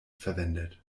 verwendet